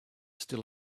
still